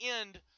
end